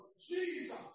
Jesus